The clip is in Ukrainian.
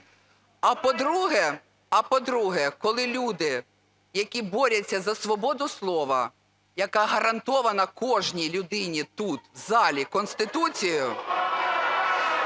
А, по-друге, коли люди, які борються за свободу слова, яка гарантована кожній людині тут в залі Конституцію,